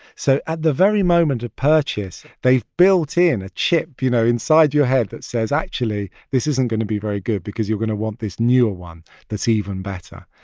so at the very moment of purchase, they've built in a chip, you know, inside your head that says, actually, this isn't going to be very good because you're going to want this newer one that's even better.